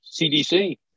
CDC